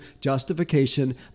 justification